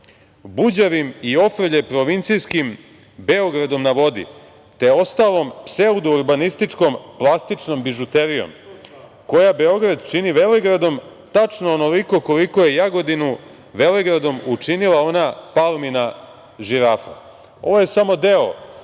buđavim i ofrlje provincijskim „Beogradom na vodi“, te ostalom pseudourbanističkom, plastičnom bižuterijom, koja Beograd čini velegradom tačno onoliko koliko je Jagodinu velegradom učinila ona Palmina žirafa“. Ovo je samo deo